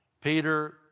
Peter